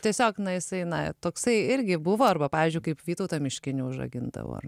tiesiog na jisai na toksai irgi buvo arba pavyzdžiui kaip vytautą miškinį užrakindavo ar